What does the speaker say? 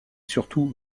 surtout